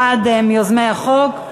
אחד מיוזמי החוק.